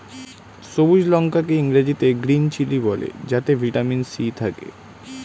সবুজ লঙ্কা কে ইংরেজিতে গ্রীন চিলি বলে যাতে ভিটামিন সি থাকে